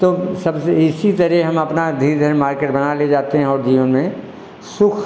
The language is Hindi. तो सबसे इसी तरह हम अपना धीरे धीरे मार्केट बना ले जाते हैं और जीवन में सुख